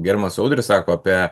gerbiamas audris sako apie